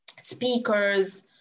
speakers